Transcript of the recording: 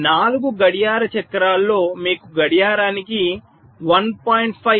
4 గడియార చక్రాలలో మీకు గడియారానికి 1